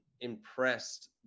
Impressed